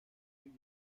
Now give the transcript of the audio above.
new